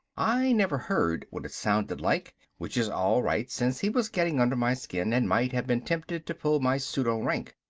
i never heard what it sounded like, which is all right since he was getting under my skin and might have been tempted to pull my pseudo-rank.